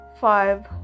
five